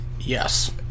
Yes